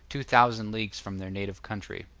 two thousand leagues from their native country.